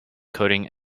coding